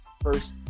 first